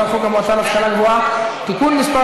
הצעת חוק המועצה להשכלה גבוהה (תיקון מס'